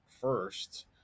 first